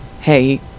hey